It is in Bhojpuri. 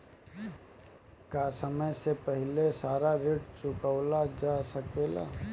का समय से पहले सारा ऋण चुकावल जा सकेला?